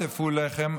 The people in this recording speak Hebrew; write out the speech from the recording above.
שבהן המאפיות אפו לחם,